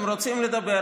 אם הם רוצים לדבר,